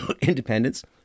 independence